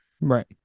Right